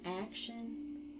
action